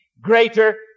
greater